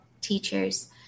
teachers